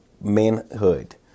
manhood